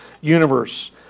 universe